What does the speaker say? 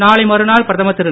நாளை மறுநாள் பிரதமர் திரு